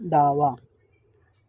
डावा